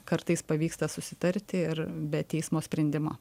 kartais pavyksta susitarti ir be teismo sprendimo